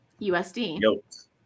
USD